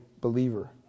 believer